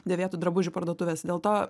dėvėtų drabužių parduotuvėse dėl to